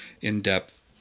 in-depth